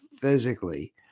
physically